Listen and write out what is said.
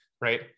right